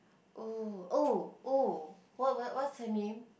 oh oh oh what what's her name